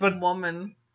woman